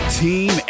team